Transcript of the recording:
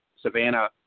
Savannah